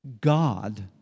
God